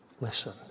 Listen